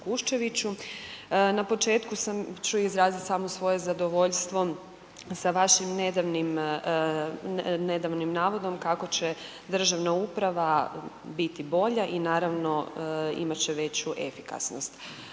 na početku ću samo izrazit svoje zadovoljstvo sa vašim nedavnim navodom kako će državna uprava biti bolja i naravno imat će veću efikasnost.